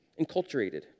enculturated